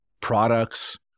products